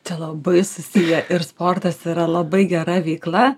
čia labai susiję ir sportas yra labai gera veikla